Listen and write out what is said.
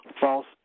false